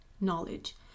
knowledge